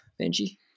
benji